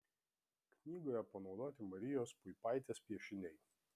knygoje panaudoti marijos puipaitės piešiniai